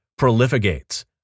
prolificates